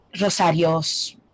rosario's